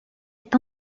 est